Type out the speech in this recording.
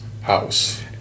house